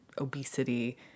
obesity